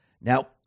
Now